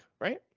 right